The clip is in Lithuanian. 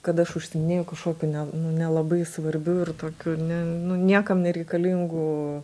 kad aš užsiiminėju kažkokiu ne nu nelabai svarbiu ir tokiu ne nu niekam nereikalingu